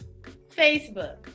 Facebook